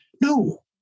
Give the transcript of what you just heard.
No